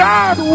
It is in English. God